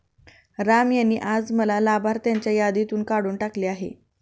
राम यांनी आज मला लाभार्थ्यांच्या यादीतून काढून टाकले आहे